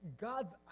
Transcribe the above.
God's